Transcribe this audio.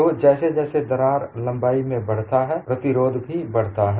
तो जैसे जैसे दरार लंबाई में बढ़ता है प्रतिरोध भी बढ़ता है